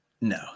no